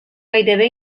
gairebé